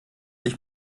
sich